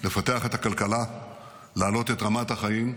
לפתח את הכלכלה, להעלות את רמת החיים,